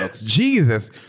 jesus